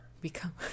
Become